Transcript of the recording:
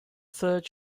third